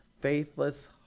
faithless